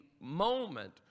Moment